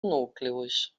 núcleos